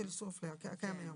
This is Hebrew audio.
של איסור הפליה, הקיים היום.